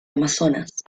amazonas